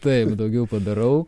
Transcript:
taip daugiau padarau